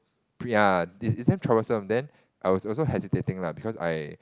ya is is damn troublesome then I was also hesitating lah because I